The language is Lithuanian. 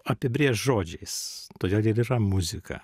apibrėžt žodžiais todėl ir yra muzika